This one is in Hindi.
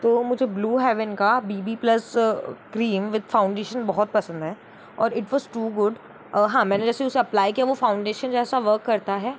तो मुझे ब्लू हेवन का B B plus cream with foundation बहुत पसंद है और इट वोस टू गुड हाँ मैंने जैसे उसे अप्लाई किया वो फाउंडेशन जैसा वर्क करता है